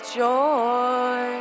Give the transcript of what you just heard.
joy